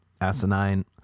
asinine